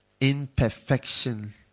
imperfection